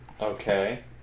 Okay